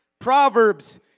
Proverbs